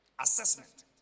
Assessment